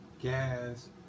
gas